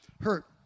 hurt